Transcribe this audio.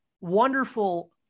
wonderful